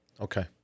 Okay